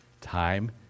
time